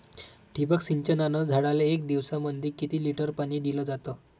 ठिबक सिंचनानं झाडाले एक दिवसामंदी किती लिटर पाणी दिलं जातं?